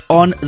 on